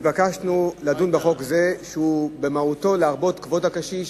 התבקשנו לדון בחוק זה שהוא במהותו להרבות כבוד הקשיש,